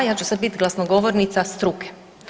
Ja ću sad biti glasnogovornica struke.